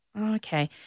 Okay